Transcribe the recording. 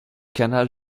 canal